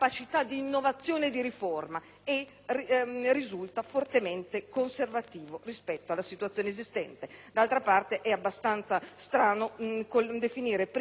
risultando fortemente conservativo rispetto alla situazione esistente. D'altra parte, è abbastanza incongruente che siano definite prima le risorse che le funzioni.